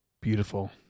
beautiful